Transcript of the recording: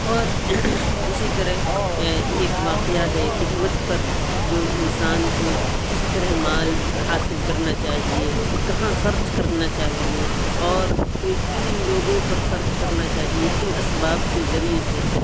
اور اسی طرح ایک واقعہ ہے حكمت پر جو انسان كو كس طرح مال حاصل كرنا چاہیے کہاں خرچ کرنا چاہیے اور کن لوگوں پر خرچ کرنا چاہیے کن اسباب کے ذریعے سے